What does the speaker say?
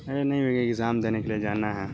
ارے نہیں ابھی ایک اگزام دینے کے لیے جانا ہے